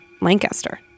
Lancaster